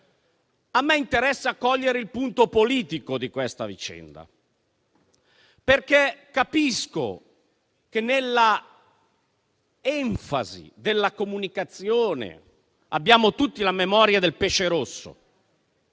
a me interessa cogliere il punto politico di questa vicenda. Capisco che nell'enfasi della comunicazione abbiamo tutti la memoria del pesce rosso,